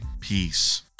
peace